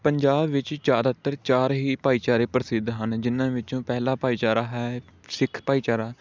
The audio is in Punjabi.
ਪੰਜਾਬ ਵਿੱਚ ਚਾਰ ਅੱਤਰ ਚਾਰ ਹੀ ਭਾਈਚਾਰੇ ਪ੍ਰਸਿੱਧ ਹਨ ਜਿਨ੍ਹਾਂ ਵਿੱਚੋਂ ਪਹਿਲਾਂ ਭਾਈਚਾਰਾ ਹੈ ਸਿੱਖ ਭਾਈਚਾਰਾ